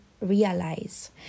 realize